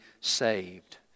saved